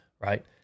right